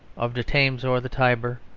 of the thames or the tiber,